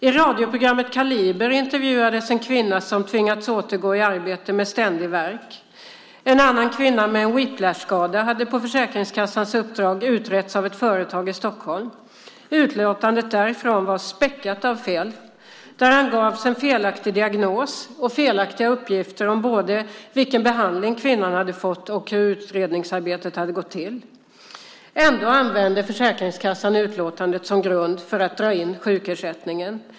I radioprogrammet Kaliber intervjuades en kvinna som tvingats återgå i arbete med ständig värk. En annan kvinna, med whiplashskada, hade på Försäkringskassans uppdrag utretts av ett företag i Stockholm. Utlåtandet därifrån var späckat med fel. Där angavs en felaktig diagnos och felaktiga uppgifter om både vilken behandling kvinnan hade fått och hur utredningsarbetet hade gått till. Ändå använde Försäkringskassan utlåtandet som grund för att dra in sjukersättningen.